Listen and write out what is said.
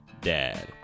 DAD